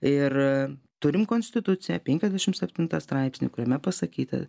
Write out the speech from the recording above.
ir turim konstituciją penkiasdešimt septintą straipsnį kuriame pasakyta